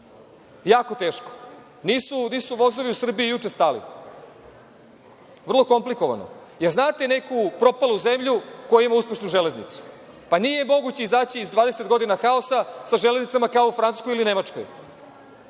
jako teško. Nisu vozovi u Srbiji juče stali. Vrlo komplikovano. Jel znate neku propalu zemlju koja ima uspešnu železnicu? Pa nije moguće izaći iz 20 godina haosa sa železnicama kao u Francuskoj ili u Nemačkoj.